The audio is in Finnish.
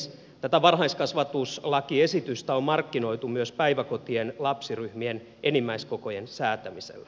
tätä varhaiskasvatuslakiesitystä on markkinoitu myös päiväkotien lapsiryhmien enimmäiskokojen säätämisellä